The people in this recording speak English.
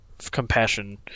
Compassion